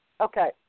Okay